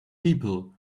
people